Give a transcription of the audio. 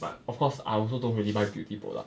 but of course I also don't really buy beauty product